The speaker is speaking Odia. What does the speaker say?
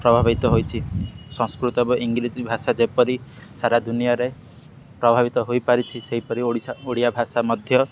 ପ୍ରଭାବିତ ହୋଇଛି ସଂସ୍କୃତ ଏବଂ ଇଂରେଜ ଭାଷା ଯେପରି ସାରା ଦୁନିଆରେ ପ୍ରଭାବିତ ହୋଇପାରିଛି ସେହିପରି ଓଡ଼ିଶା ଓଡ଼ିଆ ଭାଷା ମଧ୍ୟ